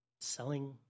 Selling